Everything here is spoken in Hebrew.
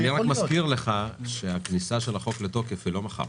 אני מזכיר לך שהכניסה של החוק לתוקף היא לא מחר.